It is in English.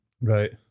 Right